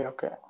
Okay